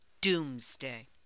Doomsday